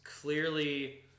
clearly